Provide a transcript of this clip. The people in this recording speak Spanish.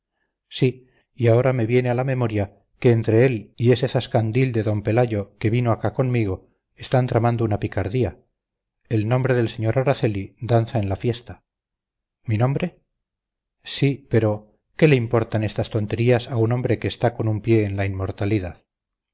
sí y ahora me viene a la memoria que entre él y ese zascandil de d pelayo que vino acá conmigo están tramando una picardía el nombre del señor araceli danza en la fiesta mi nombre sí pero qué le importan estas tonterías a un hombre que está con un pie en la inmortalidad